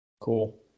Cool